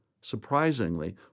Surprisingly